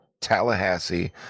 Tallahassee